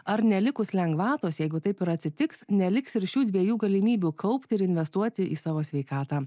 ar nelikus lengvatos jeigu taip ir atsitiks neliks ir šių dviejų galimybių kaupti ir investuoti į savo sveikatą